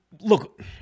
look